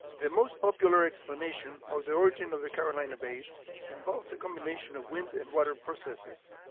the most popular explanation of the origin of the carolina bays involves a combination of wind and water processes.